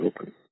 open